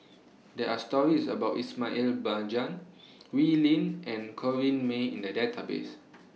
There Are stories about Ismail Wee Lin and Corrinne May in The Database